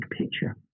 picture